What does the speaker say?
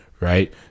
right